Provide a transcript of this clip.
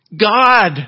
God